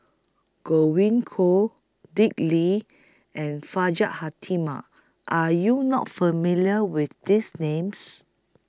Godwin Koay Dick Lee and Hajjah Fatimah Are YOU not familiar with These Names